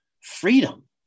freedom